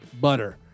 butter